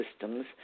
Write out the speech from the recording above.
systems